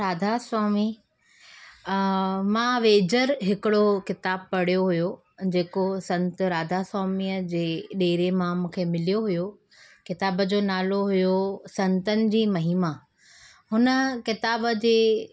राधास्वामी मां वेझड़ हिकिड़ो किताबु पढ़ियो जेको संत राधास्वामीअ जे ॾेरे मां मूंखे मिलियो हुओ किताब जो नालो हुओ संतनि जी महिमा उन किताब जे